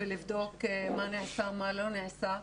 ולבדוק מה נעשה, מה לא נעשה,